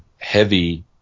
heavy